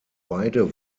beide